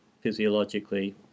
physiologically